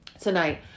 tonight